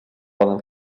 poden